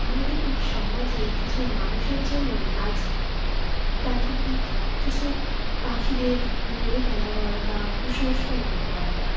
আমাদের এই সমাজে কিছু মানুষের জন্যই আজ প্রাকৃতিক কিছু পাখিদের মেরে ফেলা হয় বা কুসংস্কার মনে করা হয়